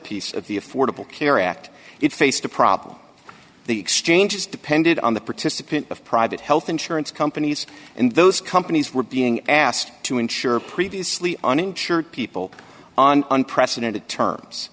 piece of the affordable care act it faced a problem the exchanges depended on the participants of private health insurance companies and those companies were being asked to insure previously uninsured people on unprecedented terms